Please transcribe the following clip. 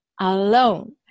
alone